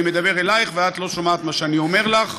אני מדבר אלייך ואת לא שומעת מה שאני אומר לך,